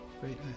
Great